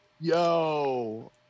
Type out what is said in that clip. Yo